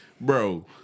bro